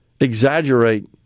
exaggerate